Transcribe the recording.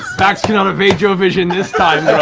vax cannot evade your vision this time,